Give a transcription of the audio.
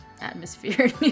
atmosphere